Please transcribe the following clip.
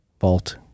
Vault